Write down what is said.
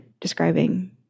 describing